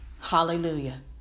hallelujah